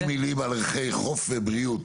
שתי מילים על ערכי חוף ובריאות.